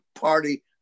party